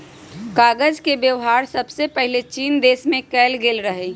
कागज के वेबहार सबसे पहिले चीन देश में कएल गेल रहइ